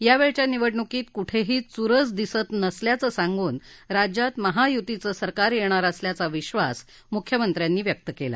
यावेळच्या निवडणुकीत कुठेही चुरस दिसत नसल्याचं सांगून राज्यात महायुतीचे सरकार येणार असल्याचा विश्वास मुख्यमंत्र्यांनी व्यक्त केला